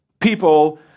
people